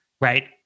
right